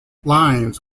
lines